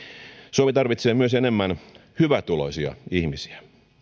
suomi tarvitsee myös enemmän hyvätuloisia ihmisiä